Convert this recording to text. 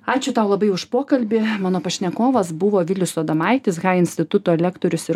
ačiū tau labai už pokalbį mano pašnekovas buvo vilius adomaitis hai instituto lektorius ir